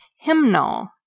hymnal